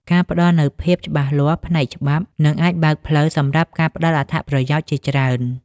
ការផ្តល់នូវភាពច្បាស់លាស់ផ្នែកច្បាប់ និងអាចបើកផ្លូវសម្រាប់ការផ្តល់អត្ថប្រយោជន៍ជាច្រើន ។